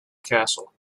castle